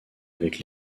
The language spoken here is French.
avec